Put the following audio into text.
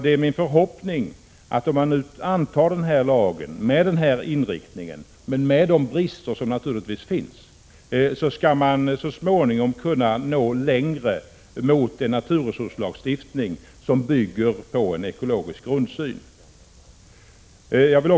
Det är min förhoppning att vi då vi antar lagen med denna inriktning, men också med de brister som naturligtvis finns, skall så småningom kunna komma närmare en naturresurslagstiftning som bygger på en ekologisk grundsyn. Herr talman!